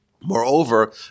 Moreover